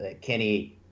Kenny